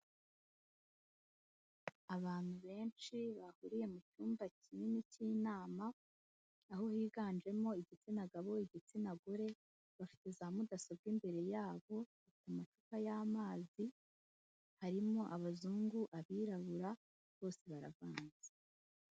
Famili inshuwarensi, iyi ngiyi ni ubwishingizi bw'umuryango wawe ku bihereranye n'indwara, amashuri ndetse n'ibindi bitandukanye, urugero amazu nk'imirima n'ibindi.